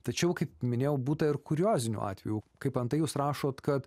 tačiau kaip minėjau būta ir kuriozinių atvejų kaip antai jūs rašot kad